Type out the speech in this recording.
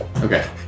Okay